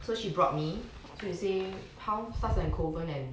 so she brought me so she say how stars at kovan and